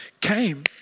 came